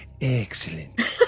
excellent